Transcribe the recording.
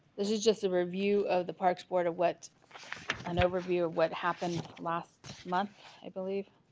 this is just a review of the parks board of what an overview of what happened last month i believe